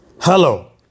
Hello